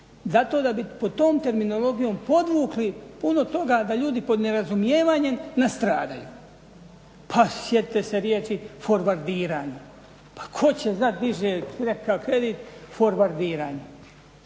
zato da bi pod tom terminologijom podvukli puno toga da ljudi pod nerazumijevanjem nastradaju. Pa sjetite se riječi forvardiranje, pa tko će znati, diže nekakav kredit, forvardiranje.